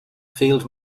field